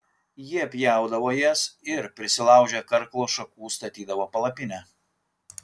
jie pjaudavo jas ir prisilaužę karklo šakų statydavo palapinę